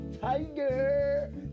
Tiger